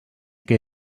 que